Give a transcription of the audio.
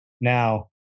now